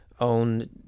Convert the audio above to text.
own